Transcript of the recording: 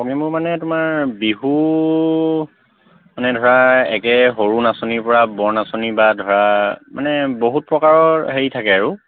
মানে তোমাৰ বিহু মানে ধৰা একে সৰু নাচনীৰপৰা বৰ নাচনী বা ধৰা মানে বহুত প্ৰকাৰৰ হেৰি থাকে আৰু